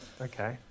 Okay